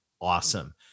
awesome